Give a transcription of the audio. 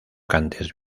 cantes